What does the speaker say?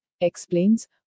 explains